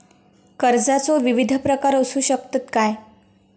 कर्जाचो विविध प्रकार असु शकतत काय?